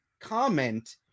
comment